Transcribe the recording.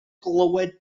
glywed